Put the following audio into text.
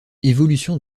évolution